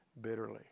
bitterly